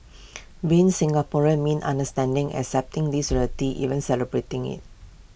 being Singaporean means understanding accepting this reality even celebrating IT